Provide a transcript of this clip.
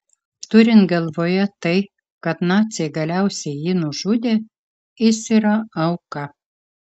turint galvoje tai kad naciai galiausiai jį nužudė jis yra auka